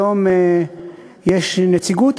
היום יש נציגות.